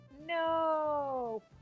No